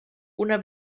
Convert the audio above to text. una